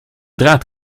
draad